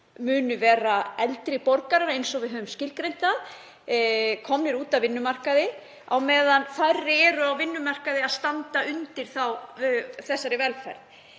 munu verða eldri borgarar, eins og við höfum skilgreint það, komnir út af vinnumarkaði, á meðan færri eru á vinnumarkaði til að standa undir velferðarkerfinu.